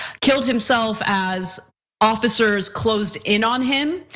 killed himself as officers closed in on him.